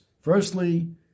Firstly